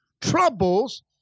troubles